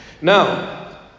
now